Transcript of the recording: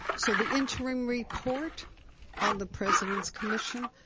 so the interim report on the president's commission